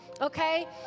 okay